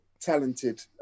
talented